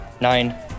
Nine